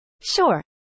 Sure